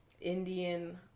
Indian